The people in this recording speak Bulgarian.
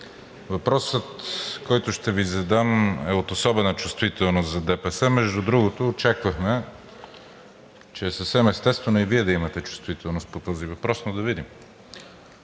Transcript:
въпросът, който ще Ви задам, е от особена чувствителност за ДПС. Между другото, очаквахме, че е съвсем естествено и Вие да имате чувствителност по този въпрос, но да видим.